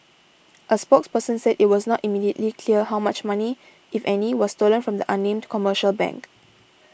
a spokesperson said it was not immediately clear how much money if any was stolen from the unnamed commercial bank